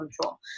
control